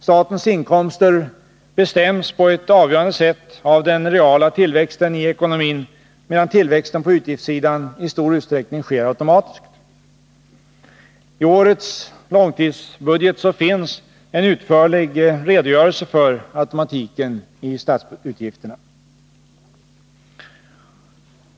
Statens inkomster bestäms på ett avgörande sätt av den reala tillväxten i ekonomin, medan tillväxten på utgiftssidan i stor utsträckning sker automatiskt. I årets långtidsbudget finns en utförlig redogörelse för automatiken i statsutgifterna.